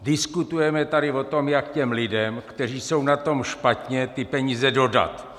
Diskutujeme tady o tom, jak lidem, kteří jsou na tom špatně, ty peníze dodat.